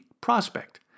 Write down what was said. prospect